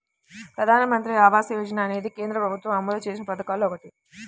ప్రధానమంత్రి ఆవాస యోజన అనేది కేంద్ర ప్రభుత్వం అమలు చేసిన పథకాల్లో ఒకటి